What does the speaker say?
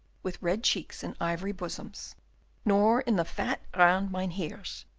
with red cheeks and ivory bosoms nor in the fat, round mynheers,